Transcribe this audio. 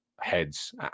heads